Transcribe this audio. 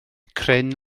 cryn